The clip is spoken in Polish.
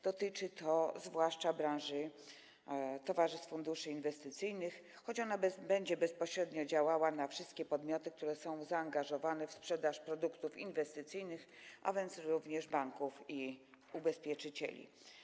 Dotyczy to zwłaszcza branży towarzystw funduszy inwestycyjnych, choć będzie ona bezpośrednio działała na wszystkie podmioty, które są zaangażowane w sprzedaż produktów inwestycyjnych, a więc również banki i ubezpieczycieli.